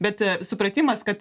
bet supratimas kad